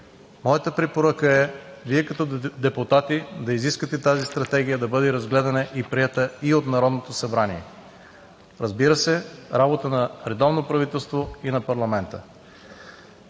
моята препоръка е вие като депутати да изискате тази стратегия да бъде разгледана и приета и от Народното събрание. Разбира се, работа на редовно правителство и на парламента.